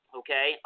okay